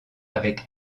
avec